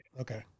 Okay